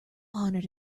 honour